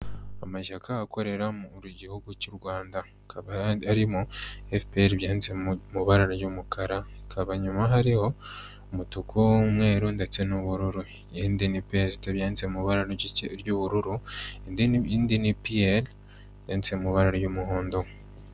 Amashyaka akorera mu gihugu cy'u Rwanda; akaba arimo FPR byanditse mu mabara ry'umukara, hakaba nyuma hariho umutuku, umweru ndetse n'ubururu; irindi ni PSD byanditse mu ibara ry'ubururu, indi ni PL byanditse mu ibara ry'umuhondo.